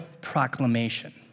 proclamation